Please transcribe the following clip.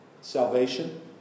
salvation